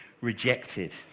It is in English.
rejected